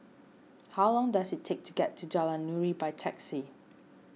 how long does it take to get to Jalan Nuri by taxi